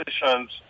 positions